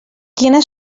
quina